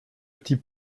petits